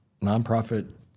nonprofit